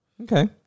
Okay